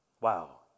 Wow